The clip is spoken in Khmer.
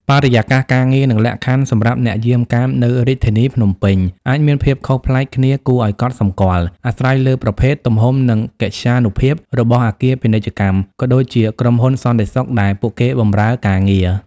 បរិយាកាសការងារ និងលក្ខខណ្ឌសម្រាប់អ្នកយាមកាមនៅរាជធានីភ្នំពេញ អាចមានភាពខុសប្លែកគ្នាគួរឲ្យកត់សម្គាល់ អាស្រ័យលើប្រភេទ ទំហំ និងកិត្យានុភាពរបស់អគារពាណិជ្ជកម្ម ក៏ដូចជា ក្រុមហ៊ុនសន្តិសុខដែលពួកគេបម្រើការងារ។